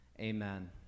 amen